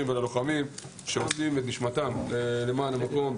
וללוחמים שמוסרים את נשמתם למען המקום.